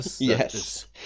Yes